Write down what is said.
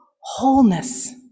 wholeness